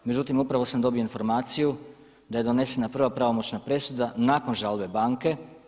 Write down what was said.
Međutim, upravo sam dobio informaciju da je donesena prva pravomoćna presuda nakon žalbe banke.